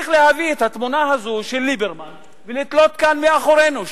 צריך להביא את התמונה של ליברמן ולתלות אותה כאן מאחורינו,